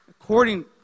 According